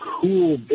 cool